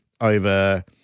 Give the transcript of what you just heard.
over